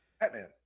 Batman